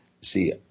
See